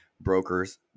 brokers